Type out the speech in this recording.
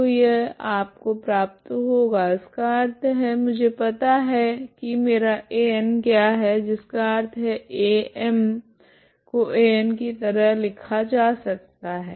तो यह आपको प्राप्त होगा इसका अर्थ है मुझे पता है की मेरा An क्या है जिसका अर्थ है Am को An की तरह लिखा जा सकता है